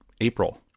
April